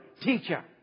teacher